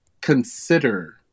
consider